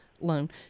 loan